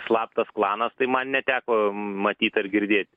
slaptas klanas tai man neteko matyt ar girdėti